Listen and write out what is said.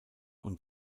und